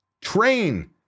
train